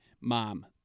Mom